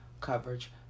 coverage